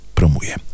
promuje